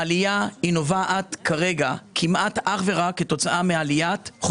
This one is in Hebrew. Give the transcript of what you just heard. העלייה נובעת כמעט אך ורק כתוצאה מעליית מחירי